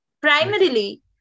Primarily